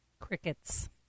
Crickets